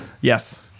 Yes